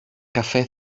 καφέ